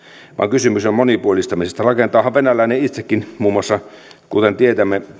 vaan kysymys on monipuolistamisesta rakentaahan venäläinen itsekin kuten tiedämme